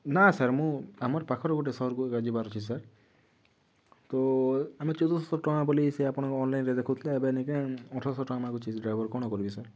ନା ସାର୍ ମୁଁ ଆମର ପାଖରେ ଗୋଟେ ସର୍ଭେ ଗାଡ଼ି ଅଛି ଯିବାର ଅଛି ସାର୍ ତ ଆମେ ଚଉଦ ଶହ ଟଙ୍କା ବୋଲି ସେ ଆପଣଙ୍କର ଅନଲାଇନ୍ରେ ଦେଖାଉଥିଲା ଏବେ ନେକା ଅଠର ଶହ ଟଙ୍କା ମାଗୁଛି ସେ ଡ୍ରାଇଭର କ'ଣ କରିବି ସାର୍